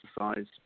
exercise